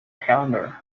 calendar